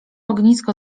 ognisko